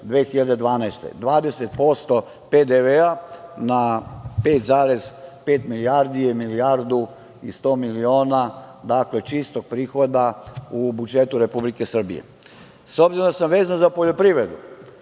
a 12% PDV na 5,5 je milijardu i 100 miliona čistog prihoda u budžetu Republike Srbije. Obzirom da sam vezan za poljoprivredu,